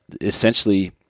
essentially